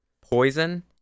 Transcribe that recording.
Poison